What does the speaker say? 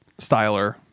styler